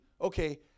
okay